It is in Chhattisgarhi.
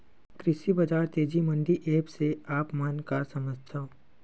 कृषि बजार तेजी मंडी एप्प से आप मन का समझथव?